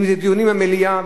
דיונים במליאה,